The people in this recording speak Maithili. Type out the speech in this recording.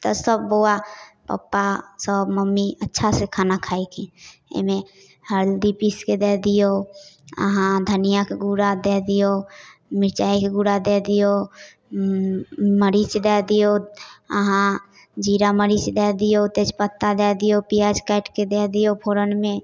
तऽ सभ बौआ पप्पासभ मम्मी अच्छासँ खाना खाएहिन एहिमे हल्दी पीसिके दै दिऔ अहाँ धनियाके गुड़ा दै दिऔ मिरचाइके गुड़ा दै दिऔ मरीच दै दिऔ अहाँ जीरा मरीच दै दिऔ तेजपत्ता दै दिऔ पिआज काटिके दै दिऔ फोरनमे